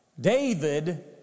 David